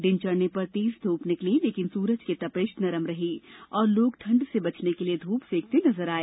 दिन चढ़ने पर तेज ध्रप निकली लेकिन सूरज की तपिश नरम रही और लोग ठंड से बचने के लिए धूप सेंकते नजर आए